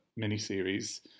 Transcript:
miniseries